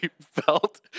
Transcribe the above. felt